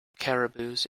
caribous